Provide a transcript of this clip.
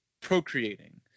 procreating